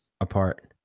apart